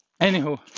Anywho